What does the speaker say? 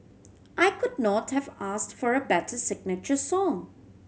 I could not have asked for a better signature song